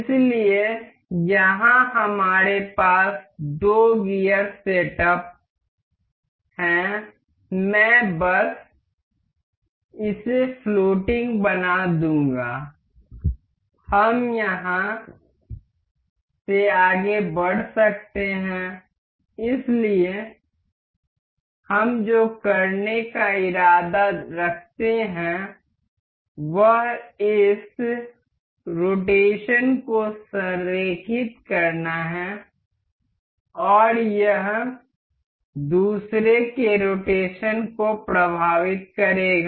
इसलिए यहां हमारे पास दो गियर सेटअप हैं मैं बस इसे फ्लोटिंग बना दूंगा हम यहां से आगे बढ़ सकते हैं इसलिए हम जो करने का इरादा रखते हैं वह इस रोटेशन को संरेखित करना है और यह दूसरे के रोटेशन को प्रभावित करेगा